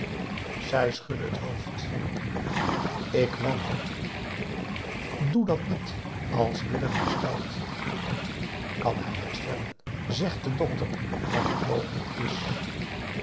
zij schudde het hoofd ik wanhoop doe dat niet als willem herstelt kan hij herstellen zegt de dokter dat het mogelijk is